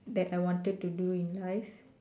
that I wanted to do in life